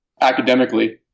academically